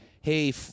hey